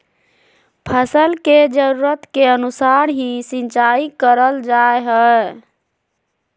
फसल के जरुरत के अनुसार ही सिंचाई करल जा हय